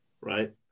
right